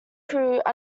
through